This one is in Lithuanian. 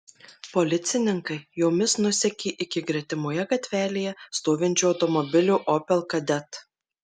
policininkai jomis nusekė iki gretimoje gatvelėje stovinčio automobilio opel kadett